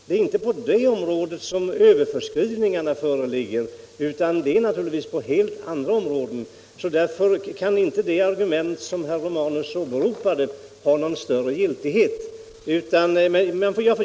Det är inte på det området som överförskrivningarna föreligger, utan det är naturligtvis på helt andra områden. Därför kan inte det argument som herr Romanus åberopade ha någon större giltighet.